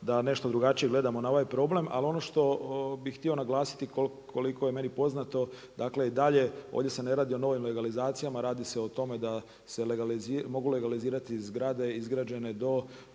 da nešto drugačije gledamo na ovaj problem, ali ono što bi htio naglasiti koliko je meni poznato, dakle i dalje ovdje se ne radi o novim legalizacijama, radi se o tome da se mogu legalizirati zgrade izgrađene do